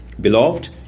Beloved